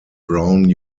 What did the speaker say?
brown